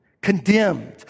condemned